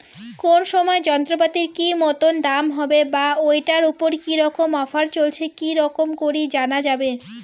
কোন সময় যন্ত্রপাতির কি মতন দাম হবে বা ঐটার উপর কি রকম অফার চলছে কি রকম করি জানা যাবে?